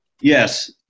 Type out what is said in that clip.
Yes